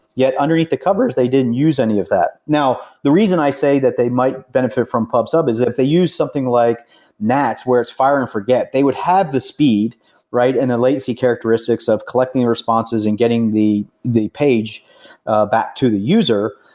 yet underneath the covers they didn't use any of that now, the reason i say that they might benefit from pub sub is if they use something like nats, where it's fire-and-forget they would have the speed and the latency characteristics of collecting responses and getting the the page ah back to the user,